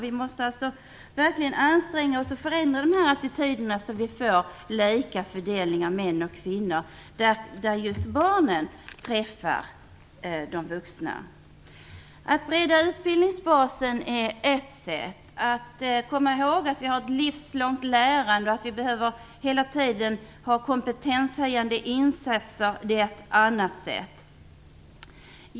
Vi måste verkligen anstränga oss för att förändra de här attityderna, så att det blir lika fördelning av män och kvinnor just på de områden där barnen träffar vuxna. Att bredda utbildningsbasen är ett sätt, och att komma ihåg att det sker ett livslångt lärande och hela tiden behövs kompetenshöjande insatser är ett annat sätt.